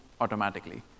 automatically